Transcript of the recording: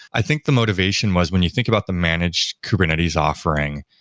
i think the motivation was when you think about the managed kubernetes offering,